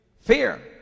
Fear